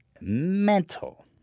mental